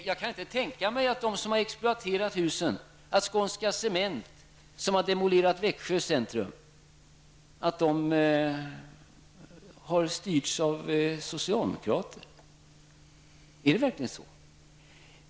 Jag kan inte tänka mig att de som har exploaterat husen -- t.ex. Skånska Cement, som har demolerat Växjö centrum -- har styrts av socialdemokrater. Är det verkligen så?